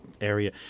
area